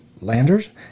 Landers